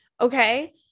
Okay